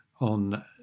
on